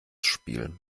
spiel